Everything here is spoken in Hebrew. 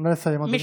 נא לסיים, אדוני.